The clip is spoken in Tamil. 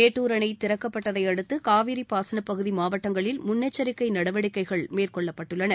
மேட்டூர் அணைதிறக்கப்பட்டதையடுத்துகாவிரிபாசனபகுதிமாவட்டங்களில் முன்னெச்சரிக்கைநடவடிக்கைகள் மேற்கொள்ளப்பட்டுள்ளன